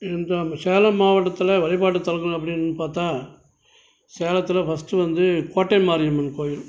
இருந்தாலும் சேலம் மாவட்டத்தில் வழிபாட்டுத்தலங்கள் அப்படின்னு பார்த்தா சேலத்தில் ஃபஸ்ட்டு வந்து கோட்டை மாரியம்மன் கோவில்